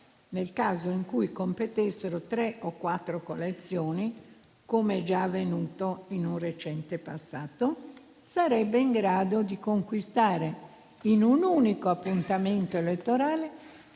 nel caso in cui competessero tre o quattro coalizioni, come già avvenuto in un recente passato, sarebbe in grado di conquistare in un unico appuntamento elettorale